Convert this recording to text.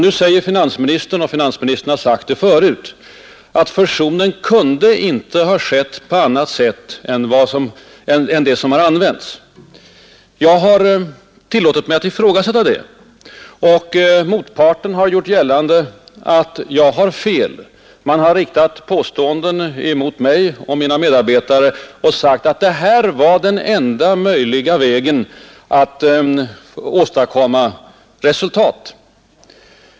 Nu säger finansministern, och finansministern har sagt det förut, att fusionen inte kunde ha skett på annat sätt än det som har använts. Jag har tillåtit mig att ifrågasätta det, och motparten har gjort gällande att jag har fel. Man har påstått att det här var den enda möjliga vägen att åstadkomma resultat.